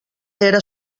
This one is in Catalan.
era